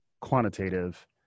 quantitative